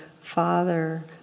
father